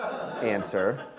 answer